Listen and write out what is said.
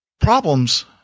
problems